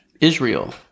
Israel